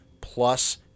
plus